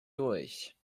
durch